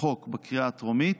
החוק בקריאה הטרומית,